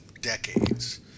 decades